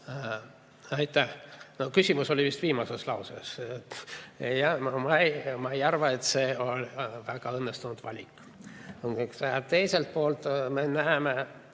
Küsimus oli vist viimases lauses. Ma ei arva, et see on väga õnnestunud valik. Teiselt poolt, me näeme